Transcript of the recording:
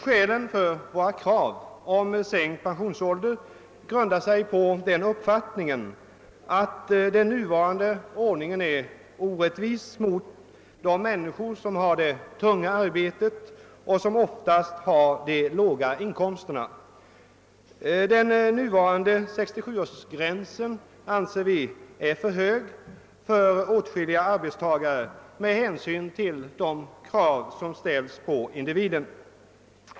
Skälen för våra krav på sänkt pensionsålder grundar sig på den uppfattningen att den nuvarande ordningen är orättvis mot de människor som har tungt arbete och oftast låga inkomster. Den nuvarande 67-årsgränsen anser vi är för hög för åtskilliga arbetstagare med hänsyn till de krav som ställs på individen.